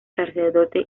sacerdote